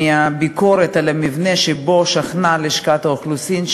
מהביקורת על המבנה שבו שכנה לשכת האוכלוסין,